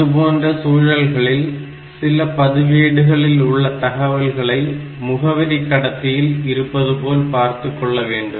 அதுபோன்ற சூழ்நிலைகளில் சில பதிவேடுகளில் உள்ள தகவல்களை முகவரி கடத்தியில் இருப்பதுபோல் பார்த்துக்கொள்ள வேண்டும்